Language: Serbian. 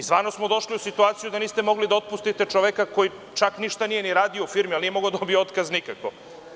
Stvarno smo došli u situaciju da iste mogli da otpustite čoveka koji čak ništa nije ni radio u firmi, ali nije mogao da dobije otkaz nikako.